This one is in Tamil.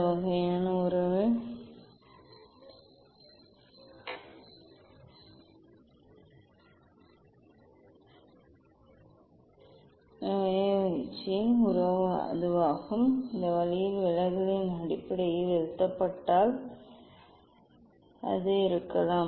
இந்த வகையான உறவு க uch ச்சியின் உறவு அதுவாக இருக்கலாம் இந்த வழியில் விலகலின் அடிப்படையில் எழுதப்பட்டால் அது இருக்கலாம்